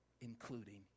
including